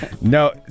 No